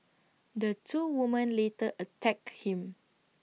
the two women later attacked him